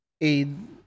aid